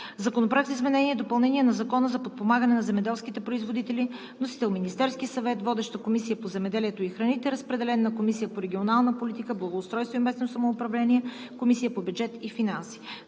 Законопроект за изменение и допълнение на Закона за подпомагане на земеделските производители. Вносител – Министерският съвет. Водеща е Комисията по земеделието и храните. Разпределен е и на Комисията по регионална политика, благоустройство и местно самоуправление и на Комисията по бюджет и финанси.